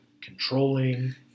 controlling